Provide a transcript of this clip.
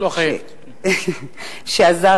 שעזר